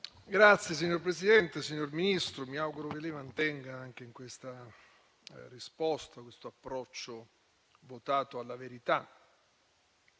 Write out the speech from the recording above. finestra") *(PD-IDP)*. Signor Ministro, mi auguro che lei mantenga anche in questa risposta questo approccio votato alla verità,